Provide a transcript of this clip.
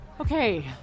Okay